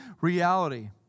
reality